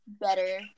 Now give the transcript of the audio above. better